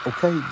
Okay